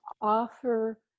offer